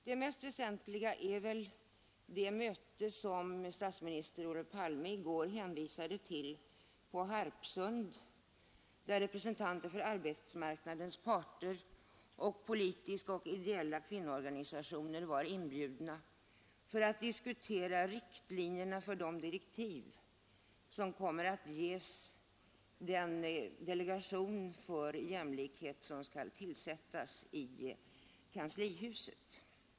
Det mest väsentliga är väl det möte på Harpsund, som statsminister Olof Palme i går hänvisade till, dit representanter för arbetsmarknadens parter och politiska och ideella kvinnoorganisationer var inbjudna för att diskutera riktlinjer för direktiven för den delegation för jämlikhet som skall tillsättas i kanslihuset.